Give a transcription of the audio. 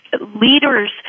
leaders